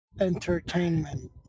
entertainment